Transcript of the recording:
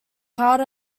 part